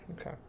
Okay